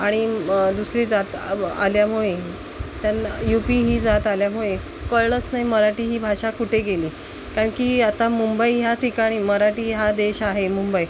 आणि दुसरी जात आ आल्यामुळे त्यांना यू पी ही जात आल्यामुळे कळलंच नाही मराठी ही भाषा कुठे गेली कारण की आता मुंबई ह्या ठिकाणी मराठी हा देश आहे मुंबई